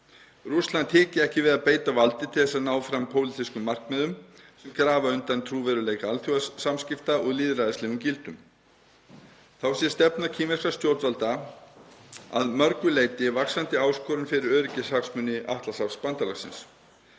Rússland hiki ekki við að beita valdi til þess að ná fram pólitískum markmiðum sem grafi undan regluverki alþjóðasamskipta og lýðræðislegum gildum. Þá sé stefna kínverskra stjórnvalda að mörgu leyti vaxandi áskorun fyrir öryggishagsmuni Atlantshafsbandalagsins.